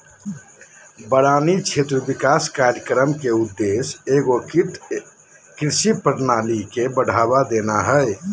बारानी क्षेत्र विकास कार्यक्रम के उद्देश्य एगोकृत कृषि प्रणाली के बढ़ावा देना हइ